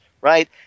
right